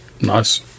Nice